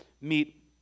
meet